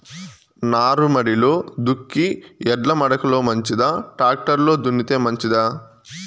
నారుమడిలో దుక్కి ఎడ్ల మడక లో మంచిదా, టాక్టర్ లో దున్నితే మంచిదా?